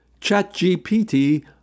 ChatGPT